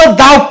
thou